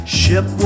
ship